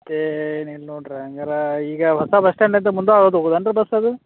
ಮತ್ತೇ ಏನಿಲ್ಲ ನೋಡ್ರಿ ಹಂಗಾರೆ ಈಗ ಹೊಸ ಬಸ್ ಸ್ಟ್ಯಾಂಡಿಂದ ಮುಂದೆ ಅದು ಹೋಗೋದು ಏನ್ರಿ ಬಸ್ ಅದು